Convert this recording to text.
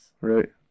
Right